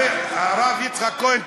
הרב יצחק כהן,